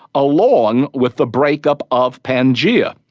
along with the breakup of pangaea.